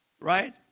Right